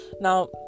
now